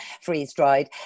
freeze-dried